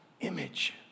image